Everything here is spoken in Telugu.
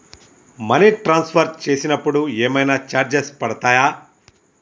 మనీ ట్రాన్స్ఫర్ చేసినప్పుడు ఏమైనా చార్జెస్ పడతయా?